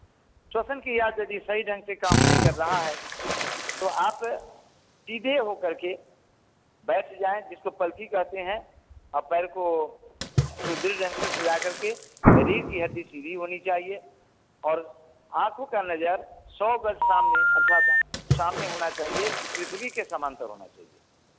श्वसन क्रिया यदि सही ढंग से काम नहीं कर रहा है तो आप सीधे हो करके बैठ जाएँ जिसको पल्थी कहते हैं पैर को ढंग से सजा करके रीढ़ की हड्डी ढीली होनी चाहिए और आपको सौ गज सामने अर्थात सामने होना चाहिए पृथ्वी के समांतर होना चाहिए